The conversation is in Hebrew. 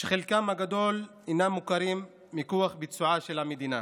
שחלקם הגדול אינם מוכרים מכוח ביצועה של המדינה,